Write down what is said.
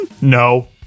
No